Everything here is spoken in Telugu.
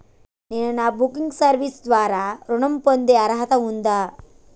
నేను నాన్ బ్యాంకింగ్ సర్వీస్ ద్వారా ఋణం పొందే అర్హత ఉందా?